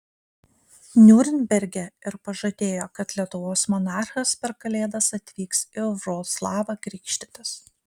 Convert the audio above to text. niurnberge ir pažadėjo kad lietuvos monarchas per kalėdas atvyks į vroclavą krikštytis